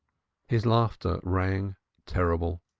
his laughter rang terrible.